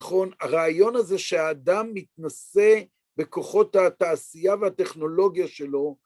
נכון? הרעיון הזה שהאדם מתנשא בכוחות התעשייה והטכנולוגיה שלו